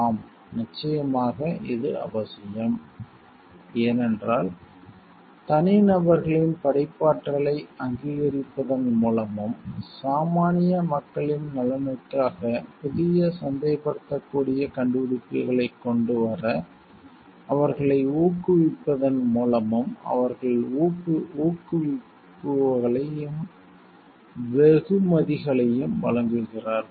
ஆம் நிச்சயமாக இது அவசியம் ஏனென்றால் தனிநபர்களின் படைப்பாற்றலை அங்கீகரிப்பதன் மூலமும் சாமானிய மக்களின் நலனுக்காக புதிய சந்தைப்படுத்தக்கூடிய கண்டுபிடிப்புகளைக் கொண்டு வர அவர்களை ஊக்குவிப்பதன் மூலமும் அவர்கள் ஊக்குவிப்புகளையும் வெகுமதிகளையும் வழங்குகிறார்கள்